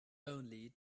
only